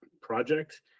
project